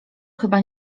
chyba